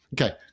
Okay